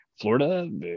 Florida